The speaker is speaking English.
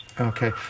Okay